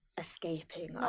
Escaping